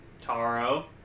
Taro